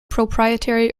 proprietary